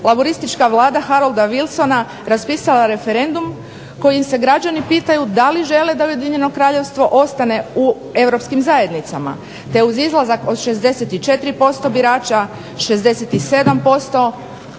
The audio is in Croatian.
laburistička vlada Harolda Wilsona raspisala referendum kojim se građani pitaju da li žele da Ujedinjeno Kraljevstvo ostane u Europskim zajednicama te uz izlazak od 64% birača 67%